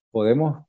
Podemos